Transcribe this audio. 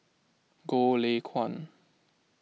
Goh Lay Kuan